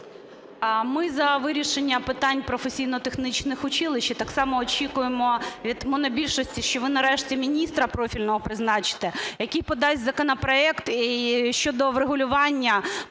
Ми за вирішення питань професійно-технічних училищ. І так само очікуємо від монобільшості, що ви, нарешті, міністра профільного призначите, який подасть законопроект і щодо врегулювання